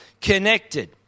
connected